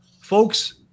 folks